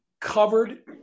covered